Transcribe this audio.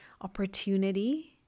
opportunity